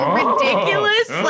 ridiculous